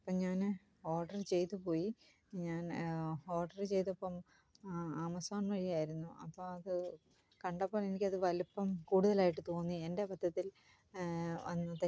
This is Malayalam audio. ഇപ്പം ഞാൻ ഓർഡർ ചെയ്തുപോയി ഞാൻ ഓർഡർ ചെയ്തപ്പം ആമസോൺ വഴി ആയിരുന്നു അപ്പോൾ അത് കണ്ടപ്പോൾ എനിക്കത് വലിപ്പം കൂടുതലായിട്ട് തോന്നി എൻ്റെ അബദ്ധത്തിൽ വന്ന തെറ്റാണ്